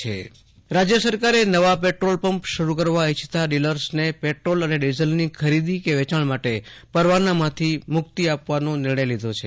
આશુતોષ અંતાણી રાજ્ય સરકાર નવા પેટ્રોલ પંપ રાજ્ય સરકારે નવા પેટ્રોલ પંપ શરુ કરવા ઈચ્છતા ડીલર્સનેપેટ્રોલ અને ડીઝલની ખરીદી કે વેચાણ માટે પરવાનામાંથી મુક્તિ આપવાનો નિર્ણય લીધો છે